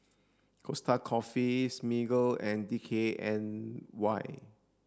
Costa Coffee Smiggle and D K N Y